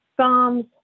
Psalms